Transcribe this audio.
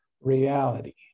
reality